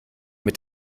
mit